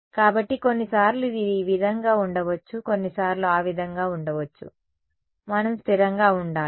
కాబట్టి కొన్నిసార్లు ఇది ఈ విధంగా ఉండవచ్చు కొన్నిసార్లు ఆ విధంగా ఉండవచ్చు మనం స్థిరంగా ఉండాలి